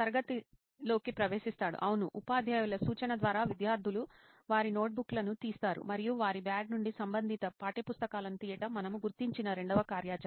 తరగతిలోకి ప్రవేశిస్తాడు అప్పుడు ఉపాధ్యాయుల సూచన ద్వారా విద్యార్థులు వారి నోట్బుక్లను తీస్తారు మరియు వారి బ్యాగ్ నుండి సంబంధిత పాఠ్యపుస్తకాలను తీయటం మనము గుర్తించిన రెండవ కార్యాచరణ